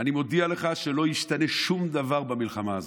אני מודיע לך שלא ישתנה שום דבר במלחמה הזאת.